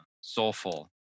soulful